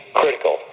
critical